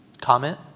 Comment